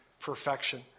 Perfection